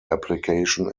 application